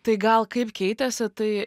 tai gal kaip keitėsi tai